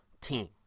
team